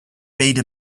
made